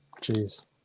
Jeez